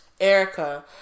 Erica